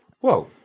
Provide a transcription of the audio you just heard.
whoa